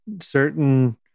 certain